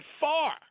far